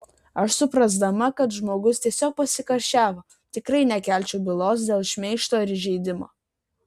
aš suprasdama kad žmogus tiesiog pasikarščiavo tikrai nekelčiau bylos dėl šmeižto ar įžeidimo